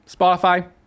spotify